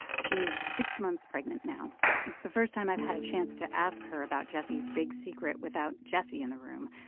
she's six months pregnant now. it's the first time i've had a chance to ask her about jessie's big secret without jessie in the room.